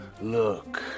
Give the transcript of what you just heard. look